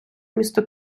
місто